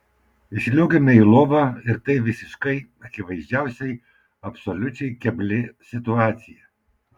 įsliuogiame į lovą ir tai visiškai akivaizdžiausiai absoliučiai kebli situacija